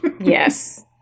Yes